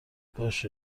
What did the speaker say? باشه